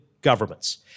governments